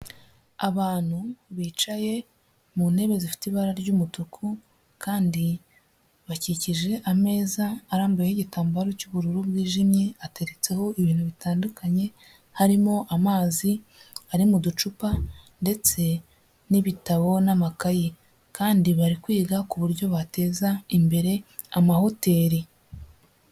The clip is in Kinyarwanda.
Abantu bicaye mu ntebe zifite ibara ry'umutuku kandi bakikije ameza arambuyeho igitambaro cy'ubururu bwijimye ateretseho ibintu bitandukanye, harimo amazi ari mu ducupa ndetse n'ibitabo n'amakayi kandi bari kwiga ku buryo bateza imbere amahoteli.